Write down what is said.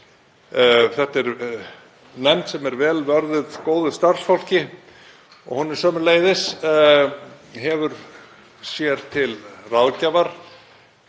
Þetta er nefnd sem er vel vörðuð góðu starfsfólki og hefur sömuleiðis sér til ráðgjafar